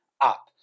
up